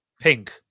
Pink